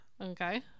okay